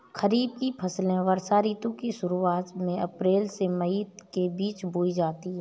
खरीफ की फसलें वर्षा ऋतु की शुरुआत में अप्रैल से मई के बीच बोई जाती हैं